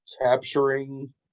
capturing